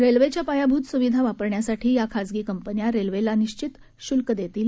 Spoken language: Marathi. रेल्वेच्या पायाभूत सुविधा वापरण्यासाठी या खासगी कंपन्या रेल्वेला निश्वित शुल्क देतील